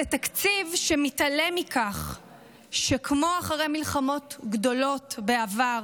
זה תקציב שמתעלם מכך שכמו אחרי מלחמות גדולות בעבר,